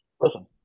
listen